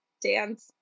dance